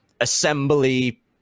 assembly